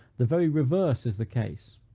the very reverse is the case.